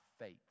faith